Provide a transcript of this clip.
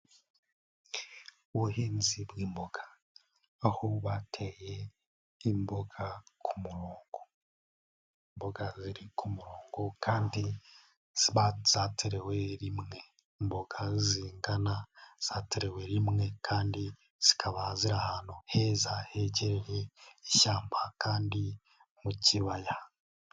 Ubuhinzi bw'imboga aho bateye imboga ku murongo imboga ziri ku ku murongo kandiba zaterewe rimwe, imboga zingana zaterewe rimwe kandi zikaba ziri ahantu heza hegereye ishyamba kandi mu kibaya.